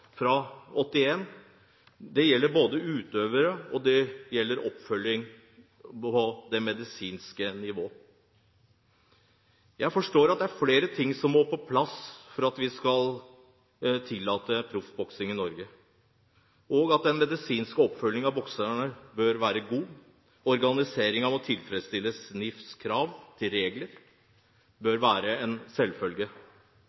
fra 1981. Det gjelder både utøvere og oppfølgingen på det medisinske nivå. Jeg forstår at det er flere ting som må på plass for at vi skal kunne tillate proffboksing i Norge, og at den medisinske oppfølgingen av bokserne bør være god. At organiseringen tilfredsstiller NIFs krav til regler,